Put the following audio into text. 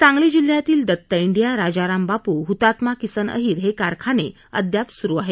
सांगली जिल्ह्यातील दत्त डिया राजारामबापू हुतात्मा किसन अहिर हे कारखाने अद्याप सुरू आहेत